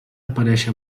aparèixer